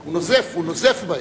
הוא נוזף בהם.